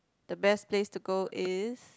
the best place to go is